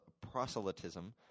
proselytism